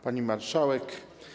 Pani Marszałek!